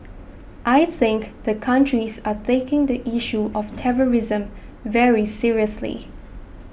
I think the countries are taking the issue of terrorism very seriously